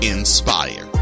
Inspire